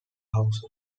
house